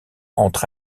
entre